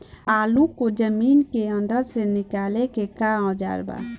आलू को जमीन के अंदर से निकाले के का औजार बा?